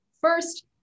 first